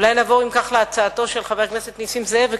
אולי נעבור אם כך קודם להצעתו של חבר הכנסת נסים זאב.